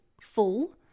full